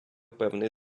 певний